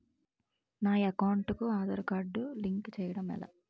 నా అకౌంట్ కు Aadhaar card link చేయడం ఎలా?